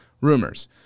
Rumors